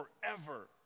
forever